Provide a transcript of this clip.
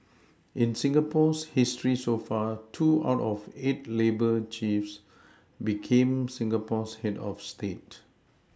in Singapore's history so far two out of eight labour chiefs became Singapore's head of state